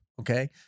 Okay